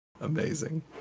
Amazing